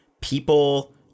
people